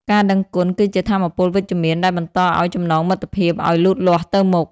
ការដឹងគុណគឺជាថាមពលវិជ្ជមានដែលបន្តឱ្យចំណងមិត្តភាពឱ្យលូតលាស់ទៅមុខ។